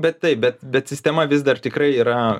bet taip bet bet sistema vis dar tikrai yra